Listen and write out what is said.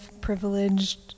privileged